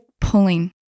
pulling